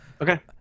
Okay